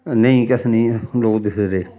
नेईं कैसे नेईं लोक दिखदे रेह्